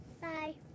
Bye